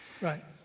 right